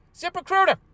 ZipRecruiter